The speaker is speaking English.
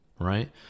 right